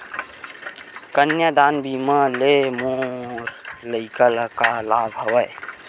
कन्यादान बीमा ले मोर लइका ल का लाभ हवय?